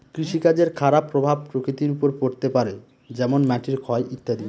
কৃষিকাজের খারাপ প্রভাব প্রকৃতির ওপর পড়তে পারে যেমন মাটির ক্ষয় ইত্যাদি